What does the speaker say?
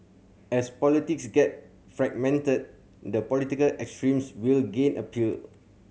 as politics get fragmented the political extremes will gain appeal